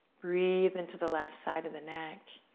breathe into the left side of the neck.